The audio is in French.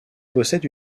possède